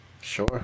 Sure